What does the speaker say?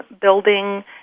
building